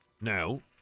Now